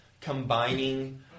combining